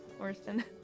Orson